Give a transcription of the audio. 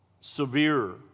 severe